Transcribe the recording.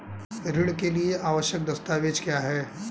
ऋण के लिए आवश्यक दस्तावेज क्या हैं?